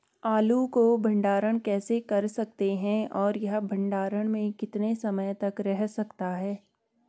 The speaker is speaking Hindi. आलू को भंडारण कैसे कर सकते हैं और यह भंडारण में कितने समय तक रह सकता है?